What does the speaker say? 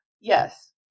Yes